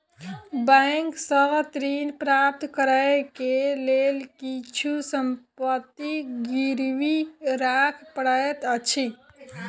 bank सॅ ऋण प्राप्त करै के लेल किछु संपत्ति गिरवी राख पड़ैत अछि